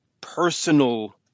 personal